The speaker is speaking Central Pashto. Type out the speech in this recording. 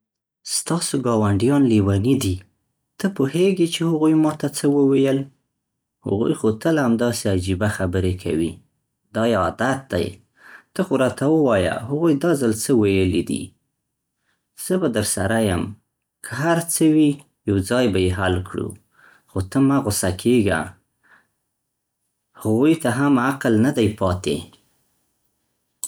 ستاسو ګاونډيان لېوني دي! ته پوهېږې چې هغوی ماته څه وویل؟ هغوی خو تل همداسې عجیبه خبرې کوي، دا یې عادت دی. ته خو راته ووایه، هغوی دا ځل څه ویلې دي؟ زه به درسره یم، که هر څه وي، یوځای به یې حل کړو. خو ته مه غوسه کېږه، هغوی ته هم عقل نه دی پاتې.